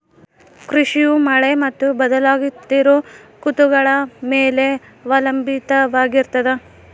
ಕೃಷಿಯು ಮಳೆ ಮತ್ತು ಬದಲಾಗುತ್ತಿರೋ ಋತುಗಳ ಮ್ಯಾಲೆ ಅವಲಂಬಿತವಾಗಿರ್ತದ